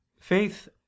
faith